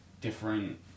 different